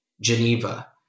Geneva